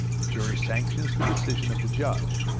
the jury sanctions the decision of the judge,